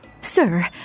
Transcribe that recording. Sir